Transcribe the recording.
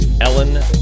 Ellen